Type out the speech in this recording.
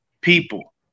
people